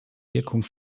wirkung